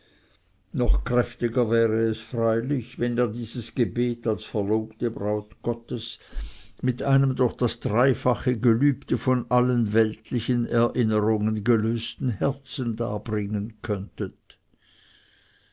noch kräftiger wäre es freilich wenn ihr dieses gebet als verlobte braut gottes mit einem durch das dreifache gelübde von allen weltlichen erinnerungen gelösten herzen darbringen könntet